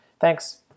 Thanks